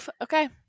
Okay